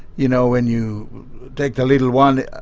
you know, when you take the little one,